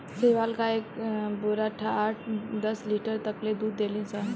साहीवाल गाय एक बेरा आठ दस लीटर तक ले दूध देली सन